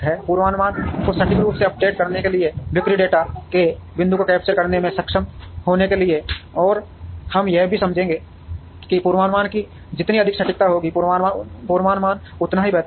पूर्वानुमान को सटीक रूप से अपडेट करने के लिए बिक्री डेटा के बिंदु को कैप्चर करने में सक्षम होने के लिए और हम यह भी समझेंगे कि पूर्वानुमान की जितनी अधिक सटीकता होगी पूर्वानुमान उतना ही बेहतर होगा